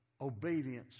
obedience